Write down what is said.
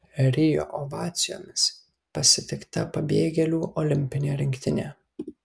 rio ovacijomis pasitikta pabėgėlių olimpinė rinktinė